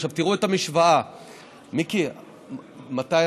עכשיו, תראו את המשוואה, מיקי, מתי?